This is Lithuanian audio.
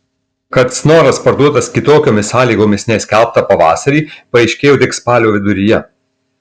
kad snoras parduotas kitokiomis sąlygomis nei skelbta pavasarį paaiškėjo tik spalio viduryje